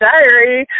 Diary